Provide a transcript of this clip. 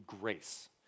grace